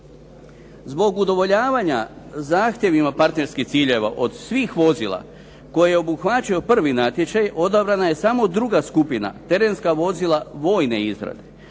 Zbog udovoljavanja zahtjevima partnerskih ciljeva od svih vozila koje obuhvaćaju prvi natječaj odabrana je samo druga skupina terenska vozila vojne izrade